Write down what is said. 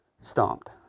stomped